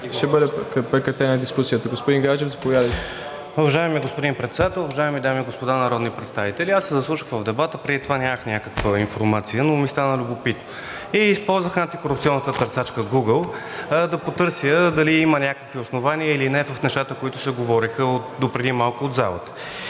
ще бъде прекратена дискусията. Господин Гаджев, заповядайте. ХРИСТО ГАДЖЕВ (ГЕРБ-СДС): Уважаеми господин Председател, уважаеми дами и господа народни представители! Аз се заслушах в дебата – преди това нямах някаква информация, но ми стана любопитно и използвах антикорупционната търсачка „Гугъл“ да потърся дали има някакви основания или не в нещата, които се говореха допреди малко от залата.